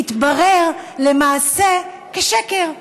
התברר למעשה כשקר.